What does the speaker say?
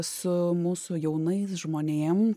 su mūsų jaunais žmonėm